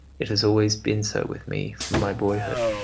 it has always been so with me from my boyhood.